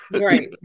Right